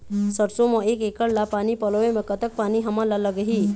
सरसों म एक एकड़ ला पानी पलोए म कतक पानी हमन ला लगही?